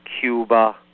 Cuba